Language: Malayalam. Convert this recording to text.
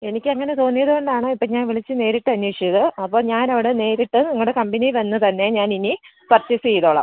എനിക്ക് അങ്ങനെ തോന്നിയത് കൊണ്ടാണ് ഇപ്പം ഞാൻ വിളിച്ച് നേരിട്ട് അന്വേഷിച്ചത് അപ്പോൾ ഞാൻ അവിടെ നേരിട്ട് നിങ്ങളുടെ കമ്പനി വന്ന് തന്നെ ഞാൻ ഇനി പർച്ചേസ് ചെയ്തോളാം